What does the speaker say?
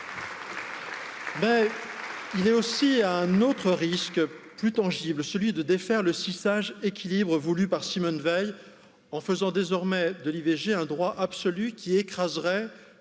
Il est aussi un autre risque plus tangible celui de défaire le six sage équilibre voulu par simone veil en faisant désormais de l'i v g un droit absolu qui écraserait